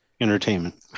entertainment